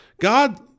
God